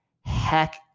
heck